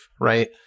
right